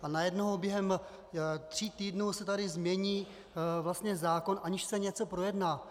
A najednou během tří týdnů se tady změní zákon, aniž se něco projedná.